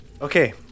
Okay